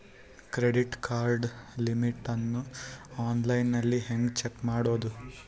Credit card limit ಅನ್ನು online ಹೆಂಗ್ check ಮಾಡೋದು?